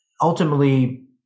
ultimately